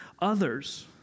others